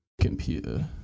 computer